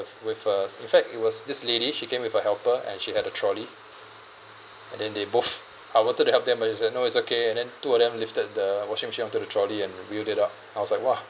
with uh in fact it was this lady she came with a helper and she had the trolley and then they both I wanted to help them but they said no it's okay and then two of them lifted the washing machine onto the trolley and wheeled it out I was like !wah!